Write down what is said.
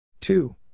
two